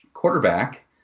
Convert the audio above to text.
Quarterback